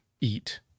eat